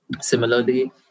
Similarly